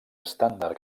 estàndard